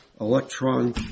electron